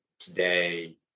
today